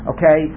Okay